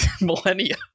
millennia